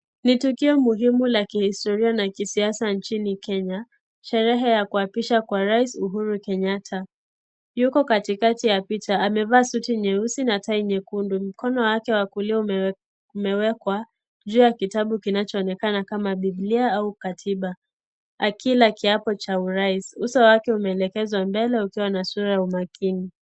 Ni tukio muhimu la kihistoria na kisiasa inchini Kenya. Shereha ya kuapishwa kwa Rais ,Uhuru Kenyatta. Yupo katikati ya picha, amevaa suti nyeusi na tai nyekundu. Mkono wake wa kulia umewekwa juu ya kitabu, kinachoonekana kama bibilia au katiba. Akila kiapo cha Urais. Uso wake umeelekezwa mbele ukiwa na sura ya umakini.